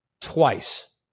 twice